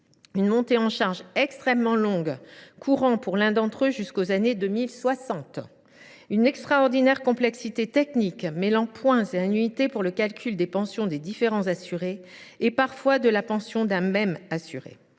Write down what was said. une montée en charge extrêmement longue, courant, pour l’un d’entre eux, jusqu’aux années 2060 ; une extraordinaire complexité technique, mêlant points et annuités pour le calcul des pensions des différents assurés et, parfois, de la pension d’un même assuré